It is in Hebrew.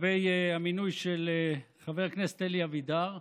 לגבי המינוי של חבר הכנסת אלי אבידר,